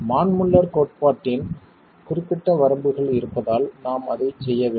மான் முல்லர் கோட்பாட்டின் குறிப்பிட்ட வரம்புகள் இருப்பதால் நாம் அதைச் செய்ய வேண்டும்